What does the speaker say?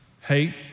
hate